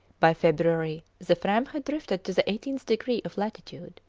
by february the fram had drifted to the eightieth degree of latitude.